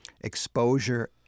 exposure